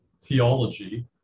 theology